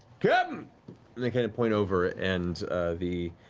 cap'n i mean kind of point over and the